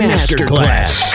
Masterclass